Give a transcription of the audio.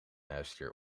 huisdier